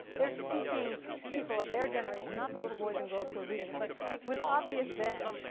they're speaking to people of their generation, not the little boys and girls who are reading it. but it was obvious then